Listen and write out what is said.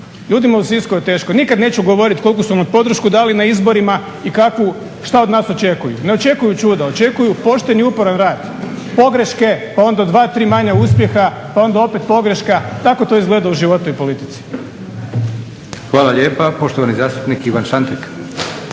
Ljudima u Sisku je teško, nikad neću govorit koliku su nam podršku dali na izborima i šta od nas očekuju. Ne očekuju čuda, očekuju pošten i uporan rad, pogreške pa onda dva-tri manja uspjeha, pa onda opet pogreška. Tako to izgleda u životu i politici. **Leko, Josip (SDP)** Hvala lijepa. Poštovani zastupnik Ivan Šantek.